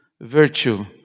virtue